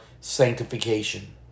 sanctification